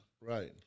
Right